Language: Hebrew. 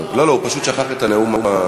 הוא פשוט שכח את הנאום.